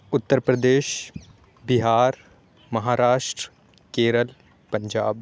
Uttar Pradesh Bihar Maharashtra Kerala Punjab